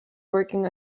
working